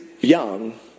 young